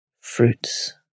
fruits